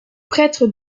prêtres